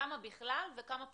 כמה בכלל וכמה פנויות?